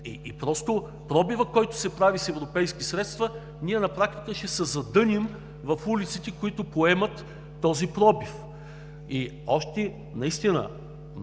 С пробива, който се прави с европейски средства, ние на практика ще се задъним в улиците, които поемат този пробив. Много сериозно